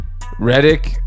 Redick